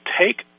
take